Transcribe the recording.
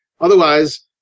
Otherwise